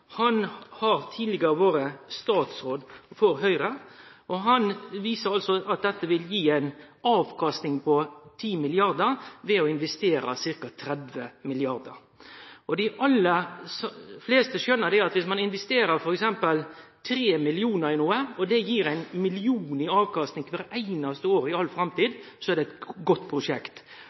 Han har tidlegare vore statsråd for Høgre. Han viser at det å investere ca. 30 mrd. kr vil gi ei avkasting på 10 mrd. kr. Dei aller fleste skjønner at om ein f.eks. investerer 3 mill. kr. i noko som vil gi 1 mill. kr i avkasting kvart einaste år i all framtid, er det eit godt prosjekt.